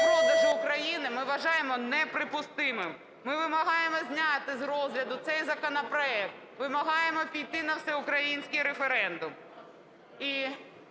розпродажу України ми вважаємо неприпустимим. Ми вимагаємо зняти з розгляду цей законопроект, вимагаємо піти на всеукраїнський референдум.